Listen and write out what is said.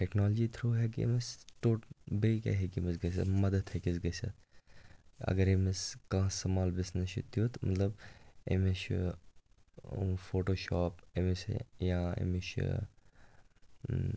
technology through ہیٚکہِ أمِس ٹوٹ بیٚیہِ کیٛاہ ہیٚکہِ أمِس گٔژھِتھ مدد ہیٚکِس گٔژھِتھ اگر أمِس کانٛہہ سُمال بِزنِس چھُ تٮُ۪تھ مطلب أمِس چھُ فوٹوٗ شاپ أمِس یا أمِس چھِ